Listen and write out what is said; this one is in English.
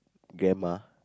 grandma